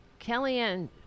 Kellyanne